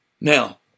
now